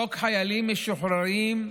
חוק חיילים משוחררים,